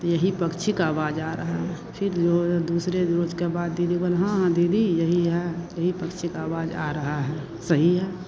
तो यही पक्षी की आवाज़ आ रही है फिर जो यह दूसरे रोज़ के बाद दीदी बोली हाँ हाँ दीदी यही है यही पक्षी की आवाज़ आ रही है सही है